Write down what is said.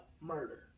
murder